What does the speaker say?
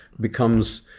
becomes